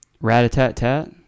Rat-a-tat-tat